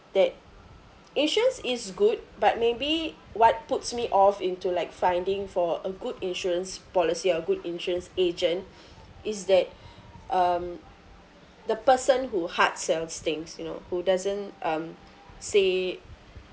that insurance is good but maybe what puts me off into like finding for a good insurance policy or good insurance agent is that um the person who hard sells things you know who doesn't um say